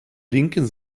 linken